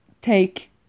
take